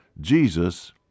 Jesus